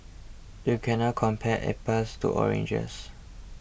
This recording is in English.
you cannot compare apples to oranges